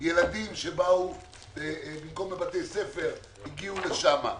ילדים שבאו במקום לבתי הספר לשם.